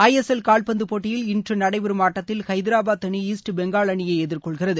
ஐ S L கால்பந்து போட்டியில் இன்று நடைபெறும் ஆட்டத்தில் ஹைதராபாத் அணி ஈஸ்ட் பெங்கால் அணியை எதிர்கொள்கிறது